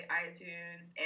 itunes